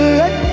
let